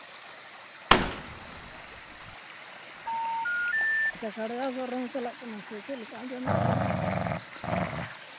ᱠᱷᱟᱲᱭᱟᱥᱚᱨ ᱨᱮᱦᱚᱸ ᱪᱟᱞᱟᱜ ᱠᱟᱱᱟ ᱥᱮ ᱪᱮᱫᱞᱮᱠᱟ ᱟᱸᱡᱚᱢᱮᱫ ᱛᱟᱦᱮᱸ ᱱᱤᱧ